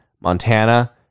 Montana